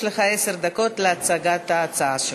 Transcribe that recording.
יש לך עשר דקות להצגת ההצעה שלך.